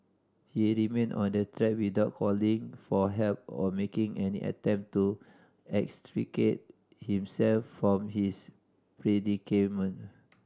he remained on the track without calling for help or making any attempt to extricate himself from his predicament